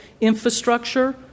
infrastructure